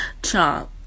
Chomp